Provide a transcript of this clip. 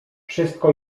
wszystko